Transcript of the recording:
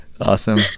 Awesome